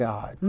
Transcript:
God